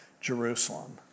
Jerusalem